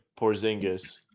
porzingis